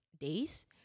days